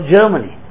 Germany